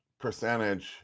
percentage